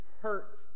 hurt